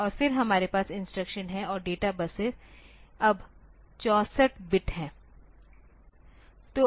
फिर हमारे पास इंस्ट्रक्शन है और डेटा बसें अब 64 बिट हैं